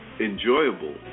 enjoyable